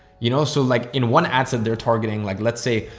you know, so like in one ad set they're targeting like let's say,